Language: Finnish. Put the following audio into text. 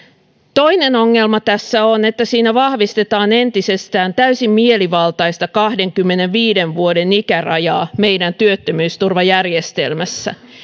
toinen ongelma tässä on että siinä vahvistetaan entisestään täysin mielivaltaista kahdenkymmenenviiden vuoden ikärajaa meidän työttömyysturvajärjestelmässä